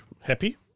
happy